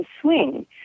swing